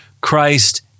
Christ